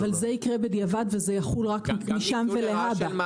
אבל זה יקרה בדיעבד, זה יחול רק משם ולהבא.